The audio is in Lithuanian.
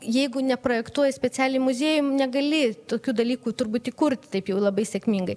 jeigu neprojektuoji specialiai muziejum negali tokių dalykų turbūt įkurt taip jau labai sėkmingai